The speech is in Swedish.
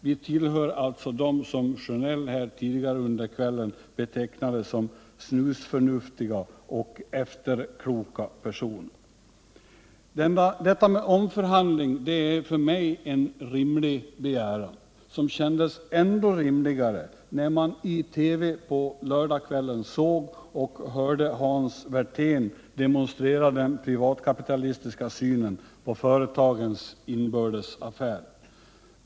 Vi tillhör alltså dem som Bengt Sjönell tidigare under kvällen betecknade som snusförnuftiga och efterkloka personer. Omförhandling är för mig en rimlig begäran, som kändes ändå rimligare när man i TV på lördagskvällen såg och hörde Hans Werthén demonstrera den privatkapitalistiska synen på företagens inbördes affärer.